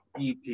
EP